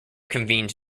convened